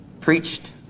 preached